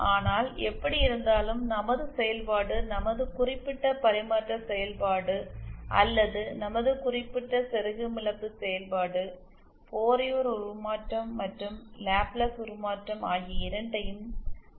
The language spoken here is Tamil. ஆனால் எப்படியிருந்தாலும் நமது செயல்பாடு நமது குறிப்பிட்ட பரிமாற்ற செயல்பாடு அல்லது நமது குறிப்பிட்ட செருகும் இழப்பு செயல்பாடு ஃபோரியர் உருமாற்றம் மற்றும் லாப்லேஸ் உருமாற்றம் ஆகிய இரண்டையும் கொண்டுள்ளது என்று நமக்கு தரப்படுகிறது